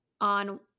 on